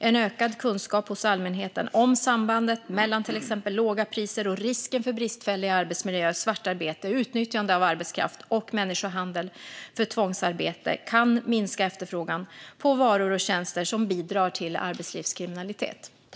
En ökad kunskap hos allmänheten om sambandet mellan till exempel låga priser och risken för bristfällig arbetsmiljö, svartarbete, utnyttjande av arbetskraft och människohandel för tvångsarbete kan minska efterfrågan på varor och tjänster som bidrar till arbetslivskriminalitet.